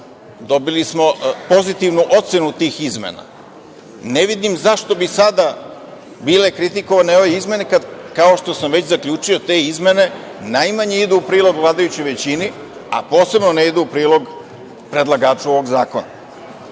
dobili smo pozitivnu ocenu tih izmena. Ne vidim zašto bi sada bile kritikovane ove izmene kada, kao što sam već zaključio, te izmene najmanje idu u prilog vladajućoj većini, a posebno ne idu u prilog predlagaču ovog zakona. Inače,